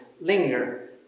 Linger